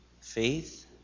faith